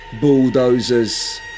bulldozers